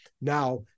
Now